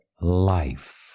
life